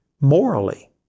morally